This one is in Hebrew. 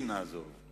נסיים בשיא?